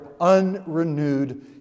unrenewed